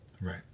Right